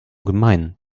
gemein